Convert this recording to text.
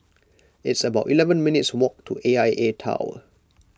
it's about eleven minutes' walk to A I A Tower